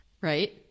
Right